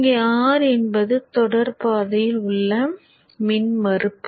இங்கே R என்பது தொடர் பாதையில் உள்ள மின்மறுப்பு